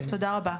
תודה רבה.